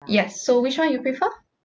yes so which one you prefer